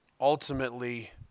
ultimately